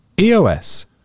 eos